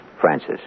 Francis